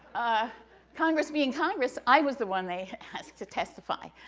ah congress being congress, i was the one they asked to testify,